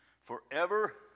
forever